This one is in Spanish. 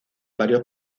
varios